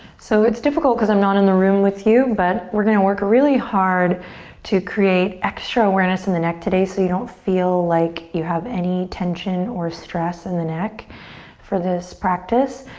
so it's difficult cause i'm not in the room with you but we're gonna work really hard to create extra awareness in the neck today so you don't feel like you have any tension or stress in the neck for this practice.